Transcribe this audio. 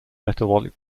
metabolic